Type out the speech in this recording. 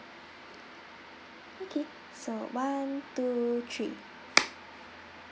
okay so one two three